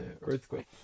earthquake